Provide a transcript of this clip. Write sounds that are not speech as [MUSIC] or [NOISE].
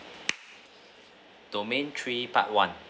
[NOISE] domain three part one